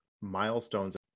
milestones